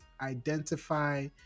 identify